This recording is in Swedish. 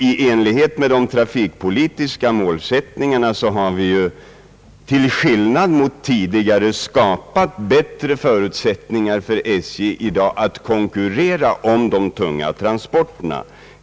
I enlighet med de trafikpolitiska målsättningarna har vi skapat bättre förutsättningar än tidigare för SJ att konkurrera om de tunga transporterna.